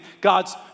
God's